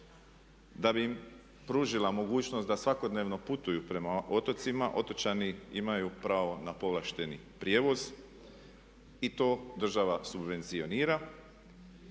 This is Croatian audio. da bi im pružila mogućnost da svakodnevno putuju prema otocima. Otočani imaju pravo na povlašteni prijevoz i to država subvencionira